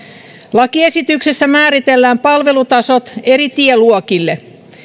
lakiesityksessä määritellään palvelutasot eri tieluokille